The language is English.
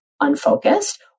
unfocused